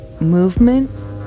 movement